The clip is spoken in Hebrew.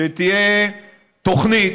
שתהיה תוכנית.